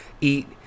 eat